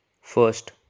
First